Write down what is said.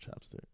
chapstick